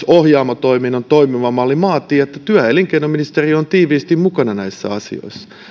ohjaamo toiminnan toimiva malli vaatii että työ ja elinkeinoministeriö on tiiviisti mukana näissä asioissa